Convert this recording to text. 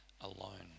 alone